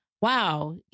Wow